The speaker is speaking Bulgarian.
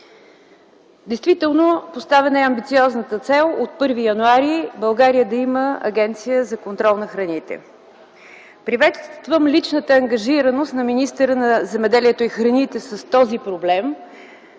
Действително, поставена е амбициозната цел от 1 януари България да има Агенция за контрол на храните. Приветствам личната ангажираност на министъра на земеделието и храните с този проблем